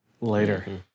later